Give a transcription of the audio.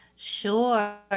Sure